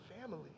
family